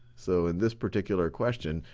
so in this particular question,